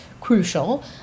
crucial